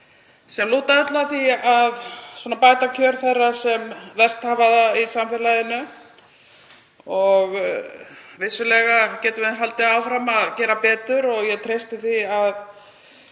sem lúta öll að því að bæta kjör þeirra sem verst hafa það í samfélaginu. Vissulega getum við haldið áfram að gera betur og ég treysti því að